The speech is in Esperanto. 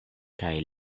kaj